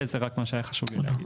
זה רק מה שהיה חשוב לי להגיד.